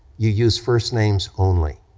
you used first names only.